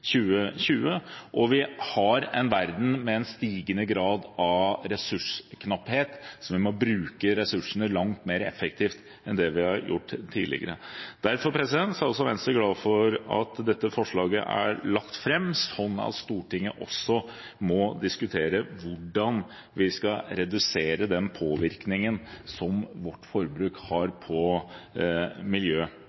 2020. Og vi har en verden med stigende grad av ressursknapphet, så vi må bruke ressursene langt mer effektivt enn det vi har gjort tidligere. Derfor er også Venstre glad for at dette forslaget er lagt fram, slik at Stortinget også må diskutere hvordan vi skal redusere den påvirkningen som vårt forbruk har